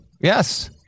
Yes